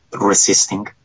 resisting